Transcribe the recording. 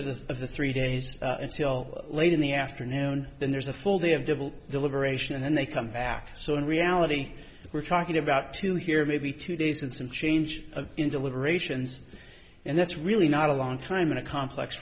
the of the three days until late in the afternoon and then there's a full day of divil deliberation and then they come back so in reality we're talking about two here maybe two days and some change of in deliberations and that's really not a long time in a complex